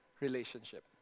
relationship